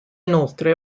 inoltre